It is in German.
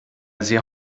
sehr